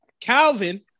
Calvin